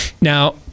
Now